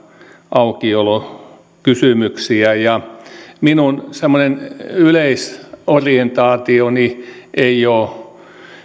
aukiolokysymyksiä ja minun semmoinen yleisorientaationi ei ole